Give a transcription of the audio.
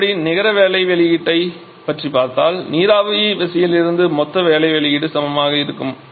அதன்படி நிகர வேலை வெளியீட்டைப் பற்றி பார்த்தால் நீராவி விசையாழியிலிருந்து மொத்த வேலை வெளியீடு சமமாக இருக்கும்